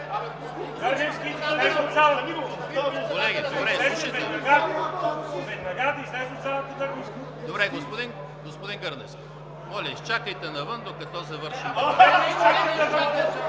Добре. Господин Гърневски, моля, изчакайте навън, докато завършим…